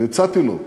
והצעתי לו לבוא,